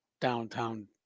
downtown